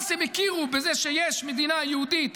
Once הם הכירו בזה שיש מדינה יהודית,